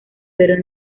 pero